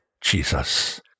Jesus